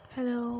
Hello